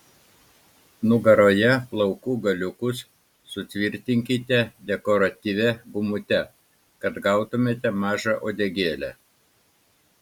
nugaroje plaukų galiukus sutvirtinkite dekoratyvia gumute kad gautumėte mažą uodegėlę